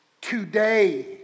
Today